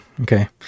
Okay